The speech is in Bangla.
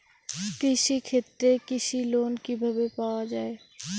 কৃষি ক্ষেত্রে কৃষি লোন কিভাবে পাওয়া য়ায়?